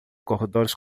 corredores